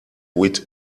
with